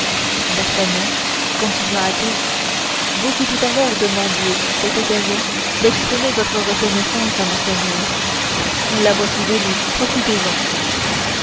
d'artagnan continua athos vous qui tout à l'heure demandiez cette occasion d'exprimer votre reconnaissance à monseigneur la voici venue profitez-en